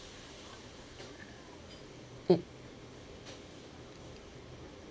it